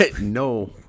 No